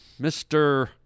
Mr